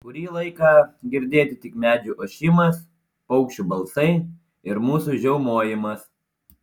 kurį laiką girdėti tik medžių ošimas paukščių balsai ir mūsų žiaumojimas